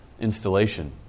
installation